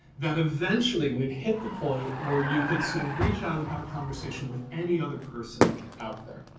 that eventually we'd hit the point where you could sort of reach out and have a conversation with any other person out there.